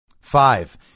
Five